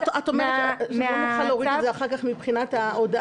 את אומרת שלא נוכל להוריד את זה מבחינת ההודעה.